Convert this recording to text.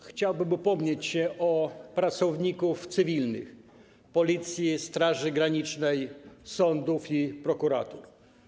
Chciałbym upomnieć się o pracowników cywilnych Policji, Straży Granicznej, sądów i prokuratur.